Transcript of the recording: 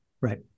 Right